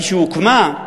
כשהוקמה,